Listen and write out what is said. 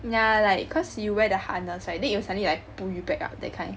yeah like cause you wear the harness right then it will suddenly like pull you back up that kind